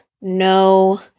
no